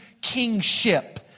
kingship